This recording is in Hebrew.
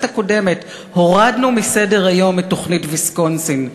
הקודמת הורדנו מסדר-היום את תוכנית ויסקונסין,